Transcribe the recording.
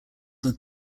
than